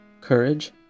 courage